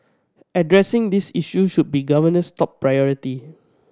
addressing this issue should be the government's top priority